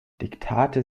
diktate